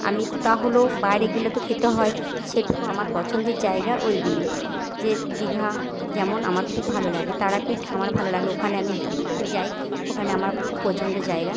আমি তা হলেও বাইরে গেলে তো খেতে হয় সেটুকু আমার পছন্দর জায়গা ওইগুলি যে দীঘা যেমন আমার খুব ভালো লাগে তারাপীঠ আমার ভালো লাগে ওখানে আমি যাই ওখানে আমার খুব পছন্দ জায়গা